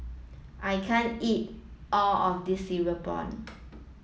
I can't eat all of this cereal prawn